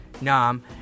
Nam